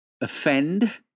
offend